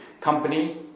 company